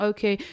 Okay